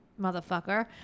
motherfucker